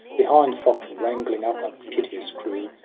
behind flock'd wrangling up a piteous crew,